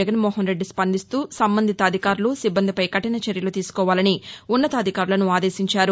జగన్మోహన్రెడ్లి స్పందిస్తూ సంబంధిత అధికారులు సిబ్బందిపై కఠినచర్యలు తీసుకోవాలని ఉన్నతాధికారులను ఆదేశించారు